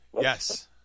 Yes